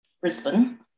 Brisbane